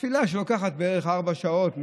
תפילה לוקחת בערך ארבע שעות,